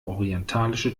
orientalische